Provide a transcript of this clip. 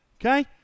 Okay